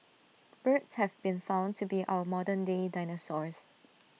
birds have been found to be our modern day dinosaurs